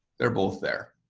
they're both there